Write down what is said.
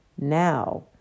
Now